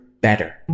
better